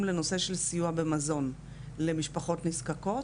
לנושא של סיוע במזון למשפחות נזקקות,